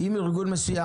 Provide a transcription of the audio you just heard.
אם ארגון מסוים,